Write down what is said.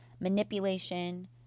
manipulation